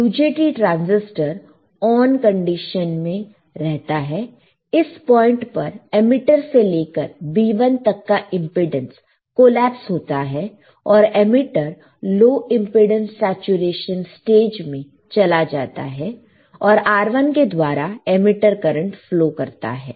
UJT transistor on condition में रहता है इस पॉइंट पर एमीटर से लेकर B1 तक का इंपेडेंस कोलॅप्स होता है और emitter low impedance saturation stage में चला जाता है और R1 के द्वारा एमिटर करंट फ्लो करता है